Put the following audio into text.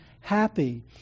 happy